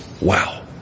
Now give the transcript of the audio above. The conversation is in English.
Wow